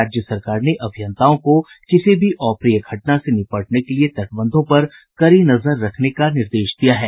राज्य सरकार ने अभियंताओं को किसी भी अप्रिय घटना से निपटने के लिए तटबंधों पर कड़ी नजर रखने का निर्देश दिया है